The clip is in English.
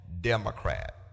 Democrat